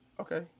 Okay